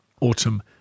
autumn